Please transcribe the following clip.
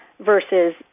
versus